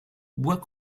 bois